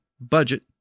budget